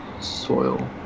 soil